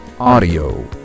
Audio